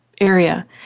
area